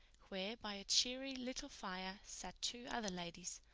where by a cheery little fire sat two other ladies,